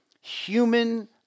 human